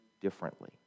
differently